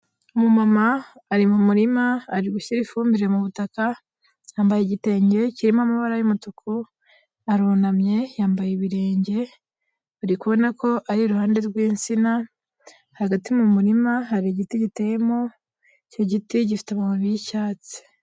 Umumama ari mu murima, ari gushyira ifumbire mu butaka, yambaye igitenge kirimo amabara y'umutuku, arunamye yambaye ibirenge, uri kubona ko ari iruhande rw'insina, hagati mu murima hari igiti giteyemo, icyo giti gifite amababi y'icyatsi.